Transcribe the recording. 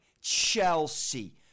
Chelsea